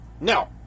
Now